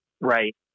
Right